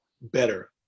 better